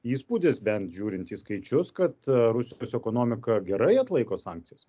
įspūdis bent žiūrint į skaičius kad rusijos ekonomika gerai atlaiko sankcijas